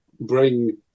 bring